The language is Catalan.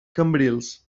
cambrils